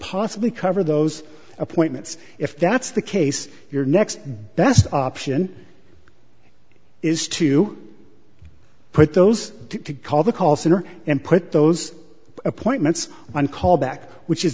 possibly cover those appointments if that's the case your next best option is to put those call the call center and put those appointments on callback which is